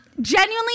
genuinely